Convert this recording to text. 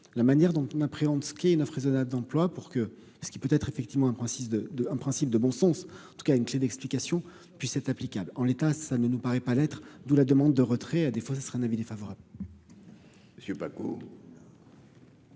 la manière dont on appréhende ce qui est 9 raisonnable d'emploi pour que ce qui peut être effectivement un principe de de un principe de bon sens en tout cas une clé d'explication puis c'est applicable en l'état, ça ne nous paraît pas l'être, d'où la demande de retrait à des fois, ça sera un avis défavorable.